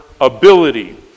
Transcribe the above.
ability